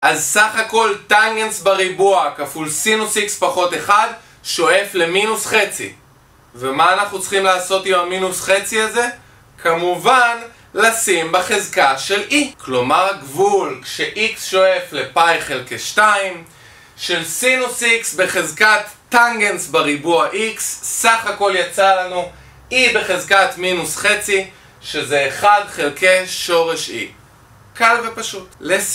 אז סך הכל tangents בריבוע כפול sin x פחות 1 שואף למינוס חצי ומה אנחנו צריכים לעשות עם המינוס חצי הזה? כמובן לשים בחזקה של e כלומר גבול כשx שואף לפאי חלקי 2 של sin x בחזקת tangents בריבוע x סך הכל יצא לנו e בחזקת מינוס חצי שזה 1 חלקי שורש e קל ופשוט